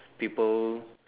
people